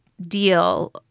deal